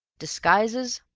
disguises?